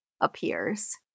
appears